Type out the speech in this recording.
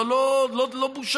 זה לא בושה.